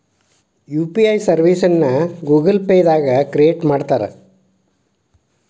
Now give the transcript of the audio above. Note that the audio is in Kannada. ಯು.ಪಿ.ಐ ಸರ್ವಿಸ್ನ ಗೂಗಲ್ ಪೇ ದಾಗ ಕ್ರಿಯೇಟ್ ಮಾಡ್ತಾರಾ